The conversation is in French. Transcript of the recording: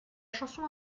chanson